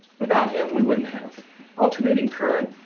without him, we wouldn't have alternating current.